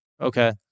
okay